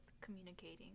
communicating